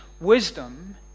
wisdom